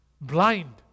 blind